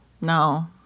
No